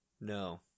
No